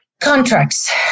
Contracts